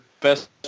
best